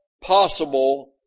possible